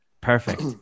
Perfect